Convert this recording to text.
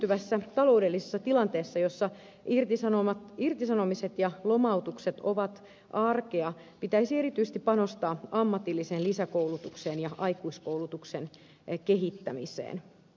heikentyvässä taloudellisessa tilanteessa jossa irtisanomiset ja lomautukset ovat arkea pitäisi erityisesti panostaa ammatilliseen lisäkoulutukseen ja aikuiskoulutuksen kehittämiseen